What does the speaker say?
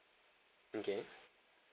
okay